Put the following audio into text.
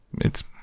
It's